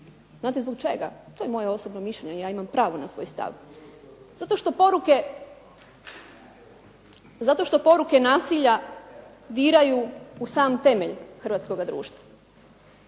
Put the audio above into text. Znate zbog čega? To je moje osobno mišljenje ja imam pravo na svoj stav. Zato što poruke nasilja diraju u sam temelj hrvatskoga društva